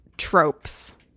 tropes